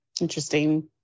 Interesting